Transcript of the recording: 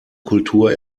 kultur